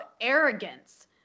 arrogance